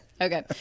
Okay